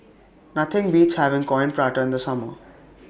Nothing Beats having Coin Prata in The Summer